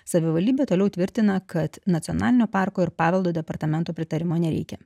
savivaldybė toliau tvirtina kad nacionalinio parko ir paveldo departamento pritarimo nereikia